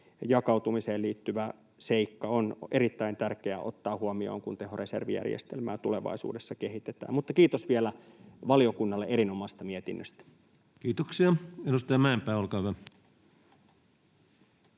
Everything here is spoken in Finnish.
jakautumiseen liittyvä seikka on erittäin tärkeää ottaa huomioon, kun tehoreservijärjestelmää tulevaisuudessa kehitetään. Kiitos vielä valiokunnalle erinomaisesta mietinnöstä. [Speech 225] Speaker: